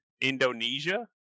Indonesia